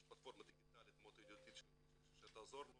יש פלטפורמה דיגיטלית מאוד ידידותית שתעזור לו